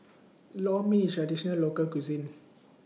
Lor Mee IS Traditional Local Cuisine